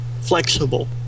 flexible